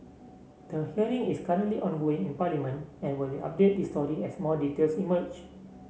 the hearing is currently ongoing in Parliament and we'll update this story as more details emerge